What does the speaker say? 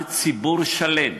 עמד ציבור שלם